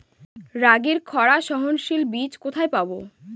রাগির খরা সহনশীল বীজ কোথায় পাবো?